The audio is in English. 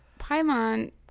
Paimon